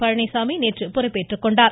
பழனிசாமி நேற்று பொறுப்பேற்றுக்கொண்டார்